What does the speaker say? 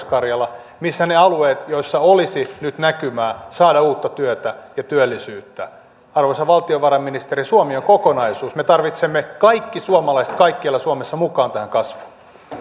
karjala missä ne alueet joilla olisi nyt näkymää saada uutta työtä ja työllisyyttä arvoisa valtiovarainministeri suomi on kokonaisuus me tarvitsemme kaikki suomalaiset kaikkialla suomessa mukaan tähän kasvuun